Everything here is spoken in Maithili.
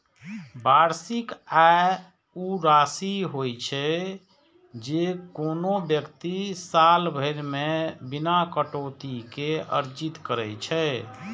वार्षिक आय ऊ राशि होइ छै, जे कोनो व्यक्ति साल भरि मे बिना कटौती के अर्जित करै छै